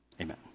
Amen